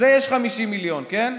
אז לזה יש 50 מיליון, כן?